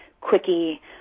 quickie